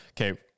okay